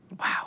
Wow